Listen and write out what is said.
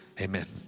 amen